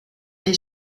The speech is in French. est